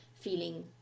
feeling